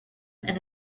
and